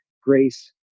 grace